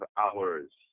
hours